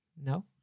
No